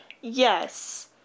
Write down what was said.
Yes